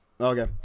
Okay